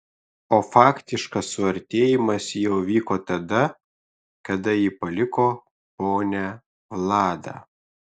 o faktiškas suartėjimas jau įvyko tada kada jį paliko ponia vlada